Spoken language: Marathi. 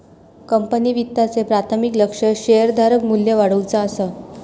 कंपनी वित्ताचे प्राथमिक लक्ष्य शेअरधारक मू्ल्य वाढवुचा असा